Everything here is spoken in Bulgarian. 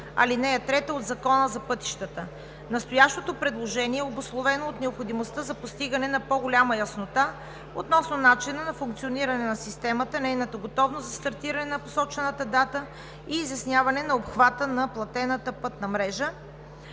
ал. 3 от Закона за пътищата. Настоящото предложение е обусловено от необходимостта за постигане на по-голяма яснота относно начина на функциониране на системата, нейната готовност за стартиране на посочената дата и изясняване на обхвата на платената пътна мрежа,